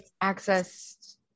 access